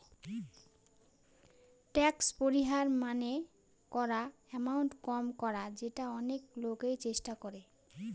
tax পরিহার মানে করা এমাউন্ট কম করা যেটা অনেক লোকই চেষ্টা করে